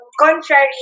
contrary